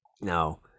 No